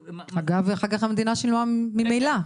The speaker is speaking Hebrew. אגב, אחר כך המדינה שילמה ממילא.